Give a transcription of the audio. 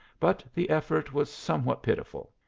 but the effort was somewhat pitiful,